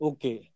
Okay